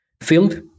field